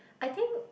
I think